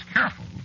careful